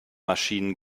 maschinen